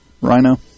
Rhino